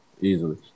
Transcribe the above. Easily